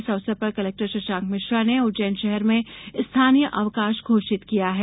इस अवसर पर कलेक्टर शशांक मिश्रा ने उज्जैन शहर में स्थानीय अवकाश घोषित किया है